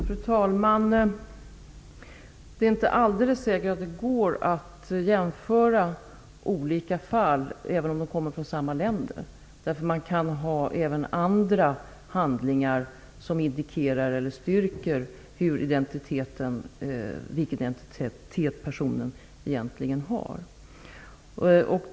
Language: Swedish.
Fru talman! Det är inte alldeles säkert att det går att jämföra olika fall, även om personerna kommer från samma länder, därför att man kan ha även andra handlingar som indikerar eller styrker vilken identitet en person egentligen har.